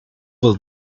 will